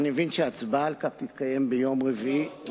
אני מבין שההצבעה על כך תתקיים ביום רביעי.